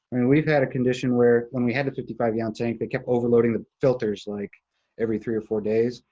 we've had a condition where, when we had a fifty five gallon yeah tank, it kept overloading the filters like every three or four days.